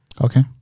Okay